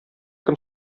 кем